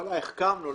החכמנו.